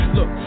Look